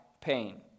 pain